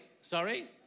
sorry